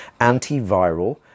antiviral